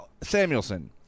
Samuelson